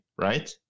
right